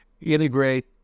integrate